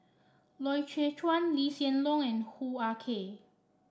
Loy Chye Chuan Lee Hsien Loong and Hoo Ah Kay